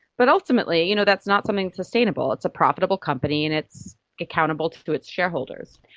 but ultimately you know that's not something sustainable. it's a profitable company and it's accountable to its shareholders.